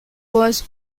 was